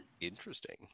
Interesting